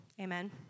Amen